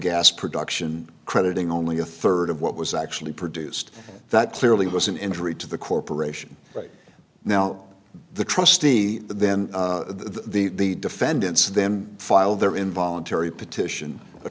gas production crediting only a third of what was actually produced that clearly was an injury to the corporation right now the trustee then the defendants then file their involuntary petition